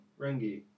Rengi